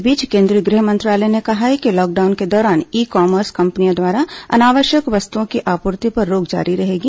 इस बीच केंद्रीय गृह मंत्रालय ने कहा है कि लॉकडाउन के दौरान ई कॉमर्स कंपनियों द्वारा अनावश्यक वस्तुओं की आपूर्ति पर रोक जारी रहेगी